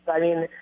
i mean,